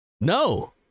no